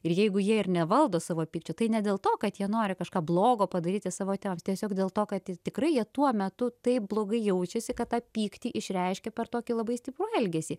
ir jeigu jie ir nevaldo savo pykčio tai ne dėl to kad jie nori kažką blogo padaryti savo tėvams tiesiog dėl to kad tikrai jie tuo metu taip blogai jaučiasi kad tą pyktį išreiškia per tokį labai stiprų elgesį